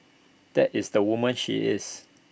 that is the woman she is